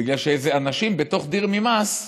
בגלל שאיזה אנשים בתוך דיר מימאס,